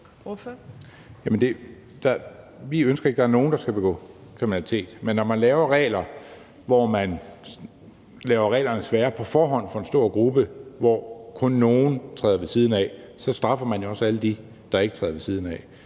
Vi ønsker ikke, at der er nogen, der skal begå kriminalitet, men når man laver regler, som gør det sværere på forhånd for en stor gruppe, hvoraf kun nogle træder ved siden af, så straffer man jo også alle dem, der ikke træder ved siden af.